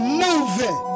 moving